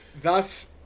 thus